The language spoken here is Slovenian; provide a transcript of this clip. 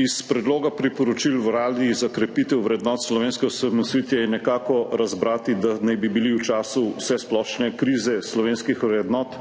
Iz Predloga priporočil Vladi za krepitev vrednot slovenske osamosvojitve je nekako razbrati, da naj bi bili v času vsesplošne krize slovenskih vrednot,